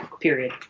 period